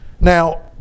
Now